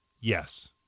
Yes